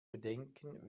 bedenken